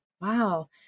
wow